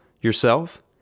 Yourself